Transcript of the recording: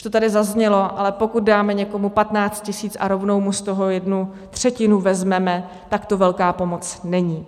Už to tady zaznělo, ale pokud dáme někomu 15 tisíc a rovnou mu z toho jednu třetinu vezmeme, tak to velká pomoc není.